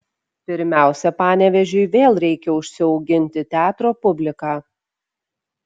pirmiausia panevėžiui vėl reikia užsiauginti teatro publiką